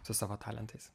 su savo talentais